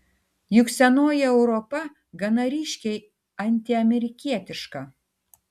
juk senoji europa gana ryškiai antiamerikietiška